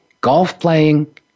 golf-playing